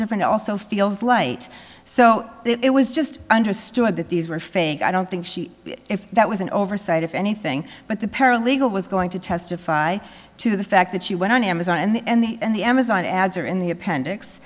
different also feels light so it was just understood that these were fake i don't think she if that was an oversight if anything but the paralegal was going to testify to the fact that she went on amazon and the amazon ads are in the appendix